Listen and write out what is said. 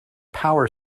power